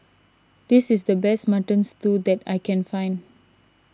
this is the best Mutton Stew that I can find